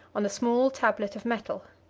on a small tablet of metal.